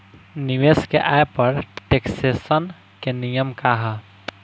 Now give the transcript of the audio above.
निवेश के आय पर टेक्सेशन के नियम का ह?